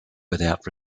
without